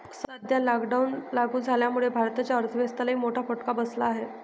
सध्या लॉकडाऊन लागू झाल्यामुळे भारताच्या अर्थव्यवस्थेलाही मोठा फटका बसला आहे